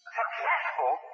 successful